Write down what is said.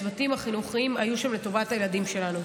הצוותים החינוכיים היו שם לטובת הילדים שלנו,